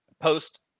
post